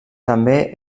també